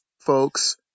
folks